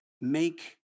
make